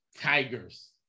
Tigers